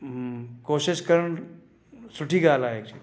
हूं कोशिशि करणु सुठी ॻाल्हि आहे एक्चुअली